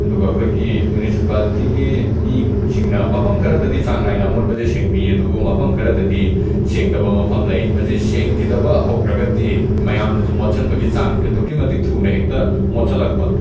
ꯑꯗꯨꯒ ꯑꯩꯈꯣꯏꯒꯤ ꯃꯨꯅꯤꯁꯤꯄꯥꯜꯇꯤꯒꯤ ꯃꯤꯁꯤꯡꯅ ꯃꯐꯝ ꯈꯔꯗꯗꯤ ꯆꯥꯡ ꯅꯥꯏꯅ ꯑꯃꯣꯠꯄꯁꯦ ꯁꯦꯡꯕꯤ ꯑꯗꯨꯕꯨ ꯃꯐꯝ ꯈꯔꯗꯗꯤ ꯁꯦꯡꯗꯕ ꯃꯐꯝ ꯂꯩ ꯃꯁꯤ ꯁꯦꯡꯈꯤꯗꯕ ꯍꯧꯈ꯭ꯔꯒꯗꯤ ꯃꯌꯥꯝꯅꯁꯨ ꯃꯣꯠꯁꯤꯟꯕꯒꯤ ꯆꯥꯡꯁꯦ ꯑꯗꯨꯛꯀꯤ ꯃꯇꯤꯛ ꯊꯨꯅ ꯍꯦꯛꯇ ꯃꯣꯠꯁꯤꯜꯂꯛꯄ